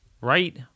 right